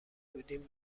بودیم